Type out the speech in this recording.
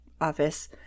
office